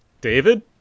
David